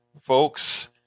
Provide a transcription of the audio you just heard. Folks